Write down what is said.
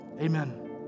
Amen